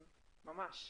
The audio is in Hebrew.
ממש.